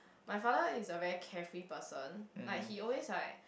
my father is a very carefree person like he always like